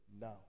now